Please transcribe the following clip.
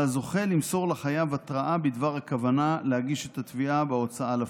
על הזוכה למסור לחייב התראה בדבר הכוונה להגיש את התביעה והוצאה לפועל.